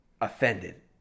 offended